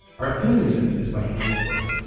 our theme music is by hannah's brand.